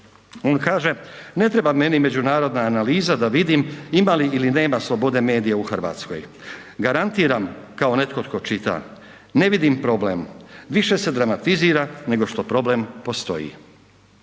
On kaže: „Ne treba meni međunarodna analiza da vidim ima li ili nema slobode medija u Hrvatskoj. Garantiram kao netko tko čita, ne vidim problem, više se dramatizira nego što problem postoji“.